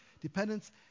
dependence